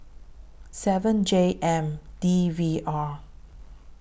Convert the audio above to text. seven J M D V R